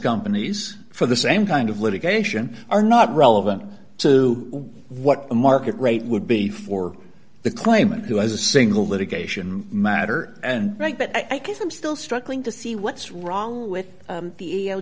companies for the same kind of litigation are not relevant to what the market rate would be for the claimant who has a single litigation matter and right but i guess i'm still struggling to see what's wrong with